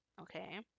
Okay